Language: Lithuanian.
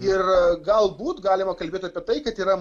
ir galbūt galima kalbėt apie tai kad yra